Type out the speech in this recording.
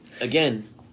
again